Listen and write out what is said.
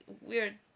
weird